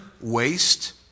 waste